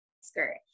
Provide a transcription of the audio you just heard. skirt